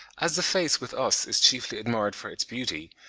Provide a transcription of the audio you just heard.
as the face with us is chiefly admired for its beauty,